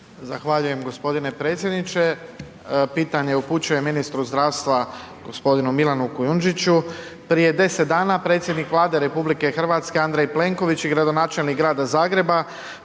Zahvaljujem g. predsjedniče. Pitanje upućujem ministru zdravstva g. Milanu Kujundžiću. Prije 10 dana predsjednik Vlade RH, Andrej Plenković i gradonačelnik Grada Zagreba